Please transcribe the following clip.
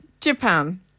Japan